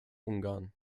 ungarn